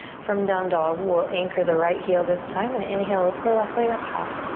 from down dog we'll anchor the right heel this time and inhale, lift the left leg up high.